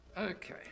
Okay